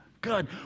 good